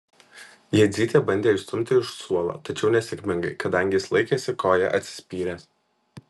jadzytė bandė išstumti iš suolo tačiau nesėkmingai kadangi jis laikėsi koja atsispyręs